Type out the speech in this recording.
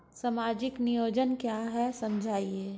सामाजिक नियोजन क्या है समझाइए?